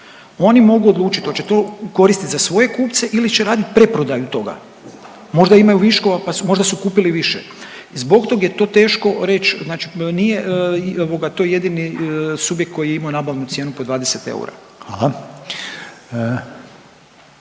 Oni mogu odlučiti hoće to koristiti za svoje kupce ili će raditi preprodaju toga. Možda imaju viškova, možda su kupili više. Zbog toga je to teško reći, znači nije to jedini subjekt koji je imao nabavnu cijenu po 20 eura.